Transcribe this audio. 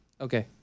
Okay